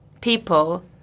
people